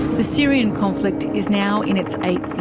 the syrian conflict is now in its eighth